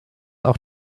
auch